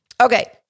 Okay